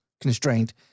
constraint